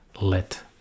let